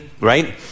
right